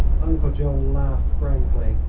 uncle john laughed frankly.